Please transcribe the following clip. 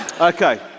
Okay